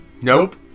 Nope